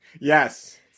Yes